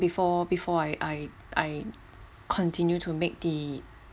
before before I I I continue to make the